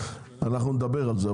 אנחנו נדבר על זה.